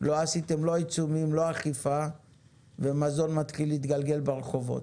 לא עשיתם לא עיצומים ולא אכיפה ומזון מתחיל להתגלגל ברחובות.